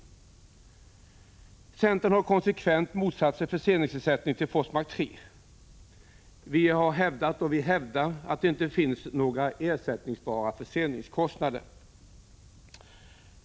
Centern har konsekvent motsatt sig förseningsersättning till Forsmark 3. Vi har hävdat och hävdar att det inte finns några ersättningsbara förseningskostnader.